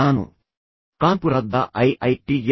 ನಾನು ಕಾನ್ಪುರ ದ ಐಐಟಿ ಯ ಪ್ರೊ